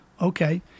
okay